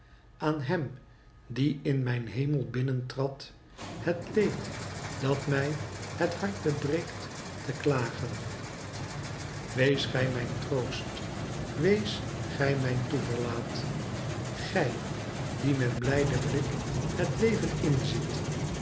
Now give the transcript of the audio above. aan hem die in mijn hemel binnentrad het leed dat mij het harte breekt te klagen wees gij mijn troost wees gij mijn toeverlaat gij die met blijden blik het leven inziet